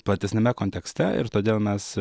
platesniame kontekste ir todėl mes